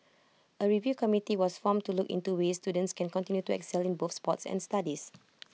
A review committee was formed to look into ways students can continue to excel in both sports and studies